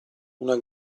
una